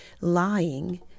lying